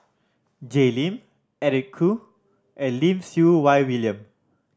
Jay Lim Eric Khoo and Lim Siew Wai William